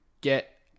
get